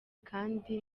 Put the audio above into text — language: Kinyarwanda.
kandi